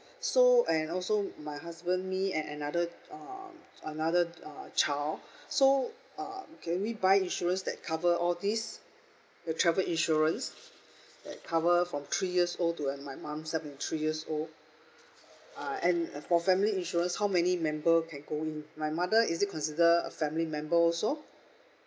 so and also my husband me and another uh another uh child so uh can we buy insurance that cover all these the travel insurance that cover from three years old to uh my mom seventy three years old and for family member how many member can go in my mother is it consider a family member also